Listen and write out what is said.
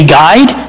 guide